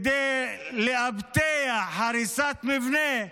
ולאבטח הריסת מבנה,